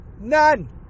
None